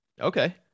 Okay